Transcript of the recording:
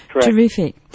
terrific